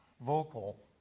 vocal